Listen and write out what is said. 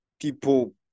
people